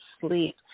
sleep